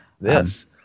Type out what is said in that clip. Yes